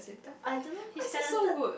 I don't know he's talented